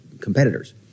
competitors